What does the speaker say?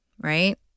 right